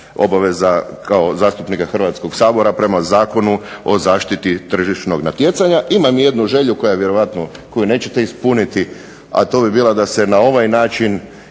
obveza kao zastupnika Hrvatskoga sabora prema Zakonu o zaštiti tržišnog natjecanja. Imam jednu želju koja vjerojatno koju nećete ispuniti, a to bi bilo da se na ovaj način